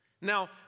Now